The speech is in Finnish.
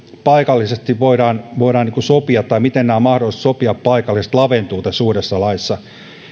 paikallisesti voidaan voidaan sopia tai miten nämä mahdollisuudet sopia paikallisesti laventuvat tässä uudessa laissa